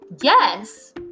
Yes